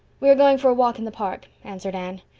we are going for a walk in the park, answered anne.